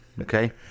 Okay